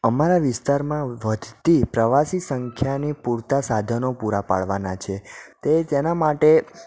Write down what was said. અમારા વિસ્તારમાં વધતી પ્રવાસી સંખ્યાની પૂરતાં સાધનો પૂરા પાડવાનાં છે તે જેના માટે